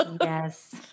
Yes